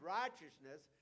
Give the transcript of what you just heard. righteousness